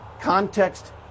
Context